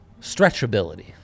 stretchability